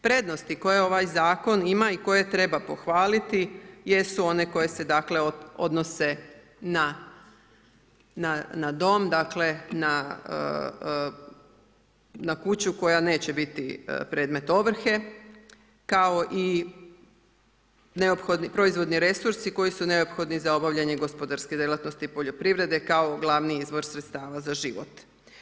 Prednosti koje ovaj Zakon ima i koje treba pohvaliti jesu one koje se dakle, odnose na dom, dakle, na kuću koja neće biti predmet ovrhe, kao i neophodni proizvodni resursi koji su neophodni za obavljanje gospodarske djelatnosti i poljoprivrede, kao glavni izvor sredstava za život.